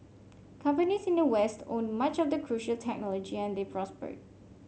companies in the west owned much of the crucial technology and they prospered